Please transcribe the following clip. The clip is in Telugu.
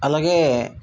అలాగే